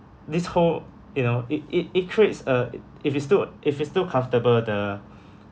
this whole you know it it it creates a if it's still a if it's still comfortable the